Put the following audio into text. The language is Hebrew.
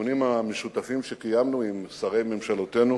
הדיונים המשותפים שקיימנו עם שרי ממשלותינו